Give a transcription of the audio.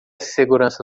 segurança